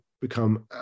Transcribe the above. become